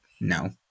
No